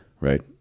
right